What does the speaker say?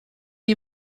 you